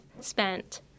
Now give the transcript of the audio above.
spent